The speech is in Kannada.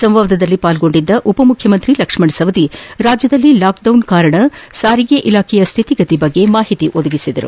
ಸಂವಾದದಲ್ಲಿ ಪಾಲ್ಗೊಂಡಿದ್ದ ಉಪಮುಖ್ಯಮಂತ್ರಿ ಲಕ್ಷ್ಮಣ ಸವದಿ ರಾಜ್ಯದಲ್ಲಿ ಲಾಕ್ ಡೌನ್ ಕಾರಣ ಸಾರಿಗೆ ಇಲಾಖೆಯ ಸ್ವಿತಿಗತಿ ಬಗ್ಗೆ ಮಾಹಿತಿ ನೀಡಿದರು